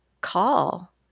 call